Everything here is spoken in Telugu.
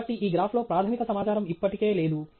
కాబట్టి ఈ గ్రాఫ్లో ప్రాథమిక సమాచారం ఇప్పటికే లేదు